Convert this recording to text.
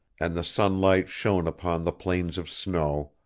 and the sunlight shone upon the plains of snow,